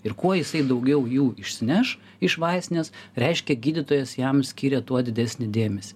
ir kuo jisai daugiau jų išsineš iš vaistinės reiškia gydytojas jam skiria tuo didesnį dėmesį